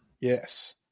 Yes